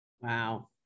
Wow